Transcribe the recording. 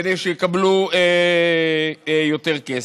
כדי שיקבלו יותר כסף.